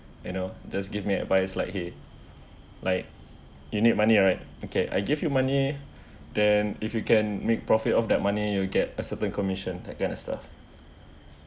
you know just give me advice like !hey! like you need money right okay I give you money then if you can make profit of that money you get a certain commission that kind of stuff